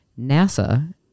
NASA